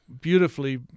beautifully